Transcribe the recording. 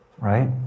right